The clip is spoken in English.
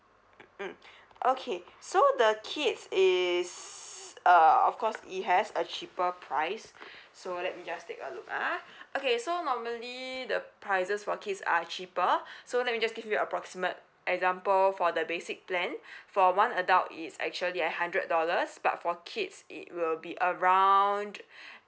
mm mm okay so the kids is uh of course it has a cheaper price so let me just take a look ah okay so normally the prices for kids are cheaper so let me just give you approximate example for the basic plan for one adult is actually a hundred dollars but for kids it will be around